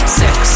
six